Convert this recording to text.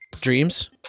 dreams